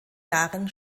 jahren